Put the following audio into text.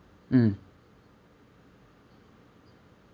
mm